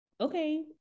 okay